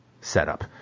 setup